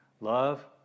love